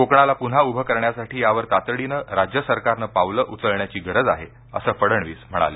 कोकणाला प्न्हा उभे करण्यासाठी यावर तातडीने राज्य सरकारने पाऊले उचलण्याची गरज आहे अस फडणवीस म्हणाले